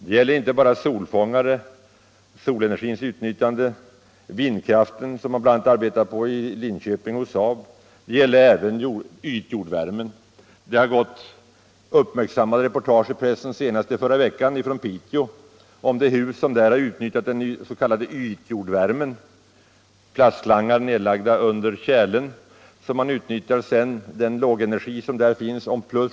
Det gäller inte bara solenergins utnyttjande och vindkraften, som det arbetas på bl.a. i Linköping hos SAAB, utan det gäller även ytjordvärmen. Det har gått uppmärksammade reportage i pressen, senast i förra veckan, om ett hus i Piteå som utnyttjar den s.k. ytjordvärmen. Plastslangar har lagts ner under tjälen, och man utnyttjar den lågenergi som finns där.